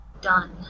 Done